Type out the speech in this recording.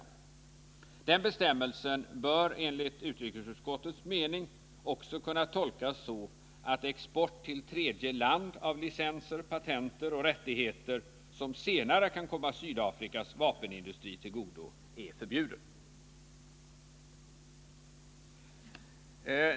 Den bestämmelsen bör enligt utskottets mening också kunna tolkas så att export till tredje land av licenser, patent och rättigheter som senare kan komma Sydafrikas vapenindustri till godo är förbjuden.